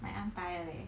my arm tired leh